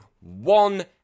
one